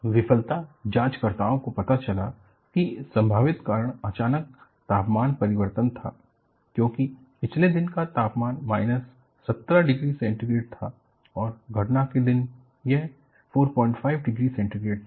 विफलता जांचकर्ताओं को पता चला कि संभावित कारण अचानक तापमान परिवर्तन था क्योंकि पिछले दिन का तापमान माइनस 17 डिग्री सेंटीग्रेड था और घटना के दिन यह 45 डिग्री सेंटीग्रेड था